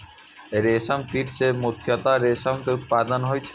रेशम कीट सं मुख्यतः रेशम के उत्पादन होइ छै